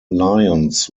lions